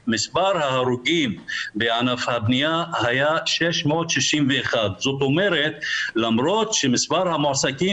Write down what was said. מספר ההרוגים בענף הבנייה היה 661. זאת אומרת למרות שמספר המועסקים